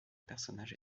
personnage